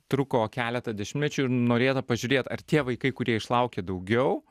truko keletą dešimtmečių ir norėta pažiūrėt ar tie vaikai kurie išlaukė daugiau